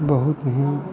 बहुत ही